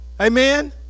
amen